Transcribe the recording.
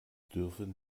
dürfen